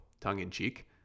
tongue-in-cheek